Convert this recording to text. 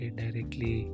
directly